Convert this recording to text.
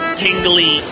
tingly